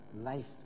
life